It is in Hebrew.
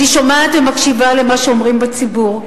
אני שומעת ומקשיבה למה שאומרים בציבור,